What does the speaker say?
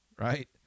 right